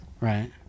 Right